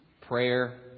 prayer